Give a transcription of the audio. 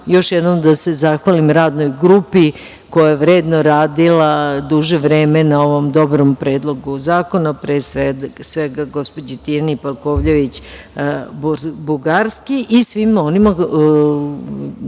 jednom da se zahvalim Radnoj grupi koja je vredno radila duže vreme na ovom dobro Predlogu zakona, pre svega gospođi Tijani Palkovljević Bugarski i svima onim